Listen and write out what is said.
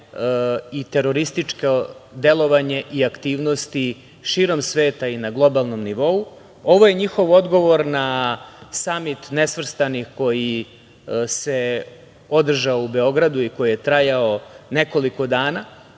i terorističko delovanje i aktivnosti širom sveta i na globalnom nivou. Ovo je njihov odgovor na Samit nesvrstanih koji se održao u Beogradu i koji je trajao nekoliko dana,